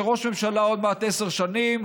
שהוא ראש ממשלה עוד מעט עשר שנים,